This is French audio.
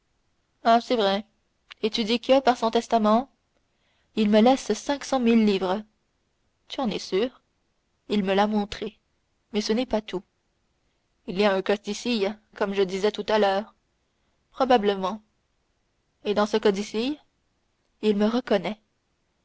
ah c'est vrai et tu dis que par son testament il me laisse cinq cent mille livres tu en es sûr il me l'a montré mais ce n'est pas le tout il y a un codicille comme je disais tout à l'heure probablement et dans ce codicille il me reconnaît